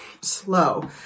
slow